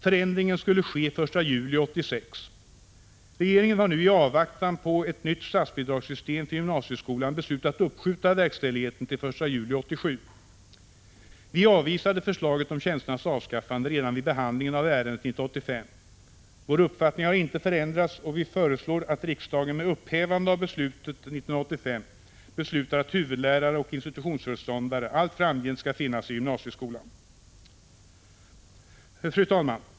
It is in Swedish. Förändringen skulle ske den 1 juli 1986. Regeringen har nu i avvaktan på ett nytt statsbidragssystem för gymnasieskolan beslutat uppskjuta verkställigheten till den 1 juli 1987. Vi avvisade förslaget om tjänsternas avskaffande redan vid behandlingen av ärendet 1985. Vår uppfattning har inte förändrats, och vi föreslår att riksdagen med upphävande av beslutet 1985 beslutar att huvudläraroch institutionsföreståndartjänster allt framgent skall finnas i gymnasieskolan. Fru talman!